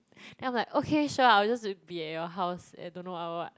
then I'm like okay sure I will just be at your house at don't know what what what